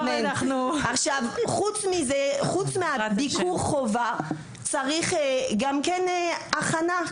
וחוץ מזה, חוץ מביקור הכנה, צריך לבצע הכנה.